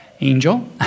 Angel